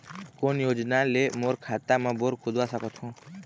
कोन योजना ले मोर खेत मा बोर खुदवा सकथों?